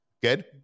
Good